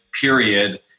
period